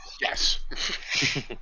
Yes